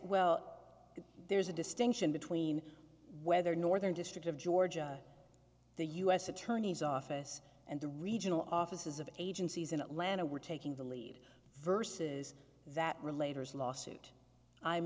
well there's a distinction between whether northern district of georgia the u s attorney's office and the regional offices of agencies in atlanta were taking the lead verses that relate or is lawsuit i'm